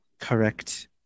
correct